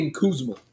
kuzma